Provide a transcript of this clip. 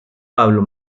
pablo